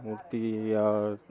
मूर्ति आओर